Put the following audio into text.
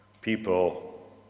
people